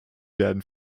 werden